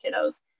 kiddos